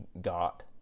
got